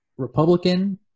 republican